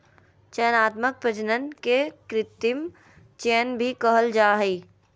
चयनात्मक प्रजनन के कृत्रिम चयन भी कहल जा हइ